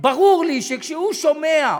ברור לי שכשהוא שומע,